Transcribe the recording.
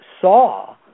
saw